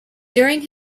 during